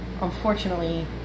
unfortunately